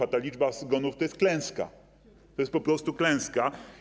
A ta liczba zgonów to jest klęska, to jest po prostu klęska.